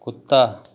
कुत्ता